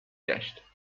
گشت